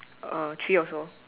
uh three also